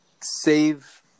save